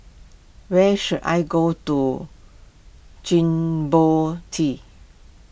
where should I go to Djibouti